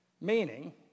Meaning